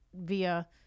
via